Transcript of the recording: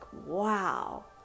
wow